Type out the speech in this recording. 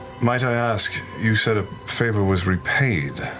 might i ask, you said a favor was repaid.